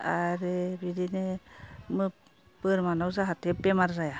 आरो बिदिनो बोरमानाव जाहाते बेमार जाया